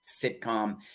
sitcom